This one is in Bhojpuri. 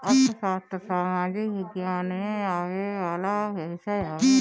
अर्थशास्त्र सामाजिक विज्ञान में आवेवाला विषय हवे